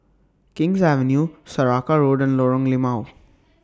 King's Avenue Saraca Road and Lorong Limau